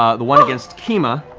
ah the one against kima,